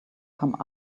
come